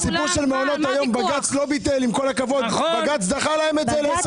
הסיפור של מעונות היום בג"ץ לא ביטל אלא דחה להם את זה ל-2023.